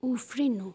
उफ्रिनु